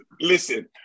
Listen